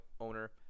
owner